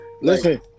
listen